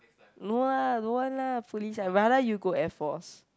no lah don't want lah police I rather you go Air Force